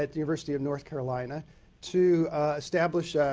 ah university of north carolina to establish ah